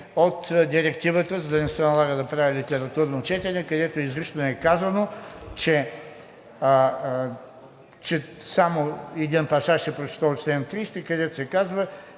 от Директивата, за да не се налага да правя литературно четене, където изрично е казано, само един пасаж ще прочета от чл. 30, където се казва,